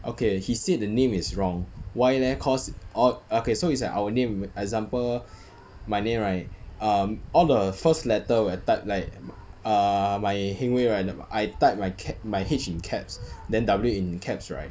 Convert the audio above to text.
okay he said the name is wrong why leh cause orh okay so it's like our name example my name right um all the first letter when I type like err my heng wei right I type my h~ in caps then w~ in caps right